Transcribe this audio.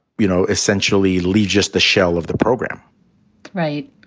you know, essentially leave just the shell of the program right.